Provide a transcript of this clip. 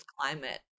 climate